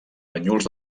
banyuls